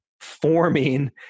forming